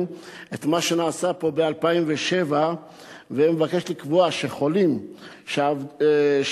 את מה שנעשה פה ב-2007 ומבקשת לקבוע שחולים שהיו